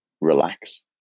relax